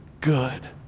good